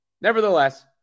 Nevertheless